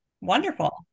Wonderful